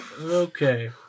Okay